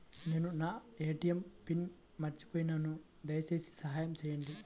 నేను నా ATM pin మర్చిపోయాను దయచేసి సహాయం చేయండి